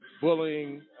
bullying